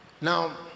Now